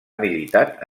militat